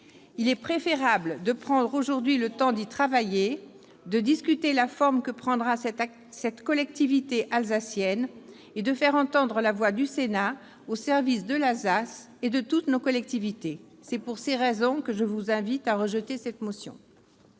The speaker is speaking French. Il est préférable de prendre aujourd'hui le temps d'y travailler, de discuter de la forme de cette collectivité alsacienne et de faire entendre la voix du Sénat, au service de l'Alsace et de toutes nos collectivités. Pour ces raisons, je vous invite, mes chers